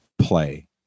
Play